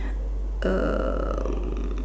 um